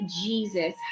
Jesus